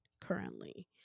currently